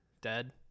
dead